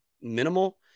Minimal